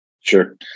Sure